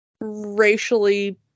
racially